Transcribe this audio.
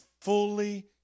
fully